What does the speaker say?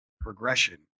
progression